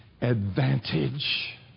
Advantage